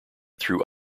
through